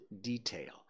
detail